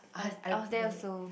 I was I was there also